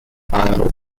files